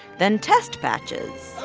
then test batches.